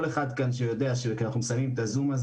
כל אחד כאן שמסיים את ה-זום,